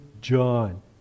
John